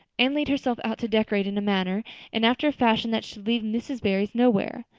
anne laid herself out to decorate in a manner and after a fashion that should leave mrs. barry's nowhere.